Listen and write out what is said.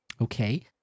Okay